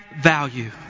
value